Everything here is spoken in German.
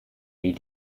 nie